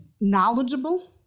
knowledgeable